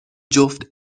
جفت